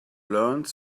learned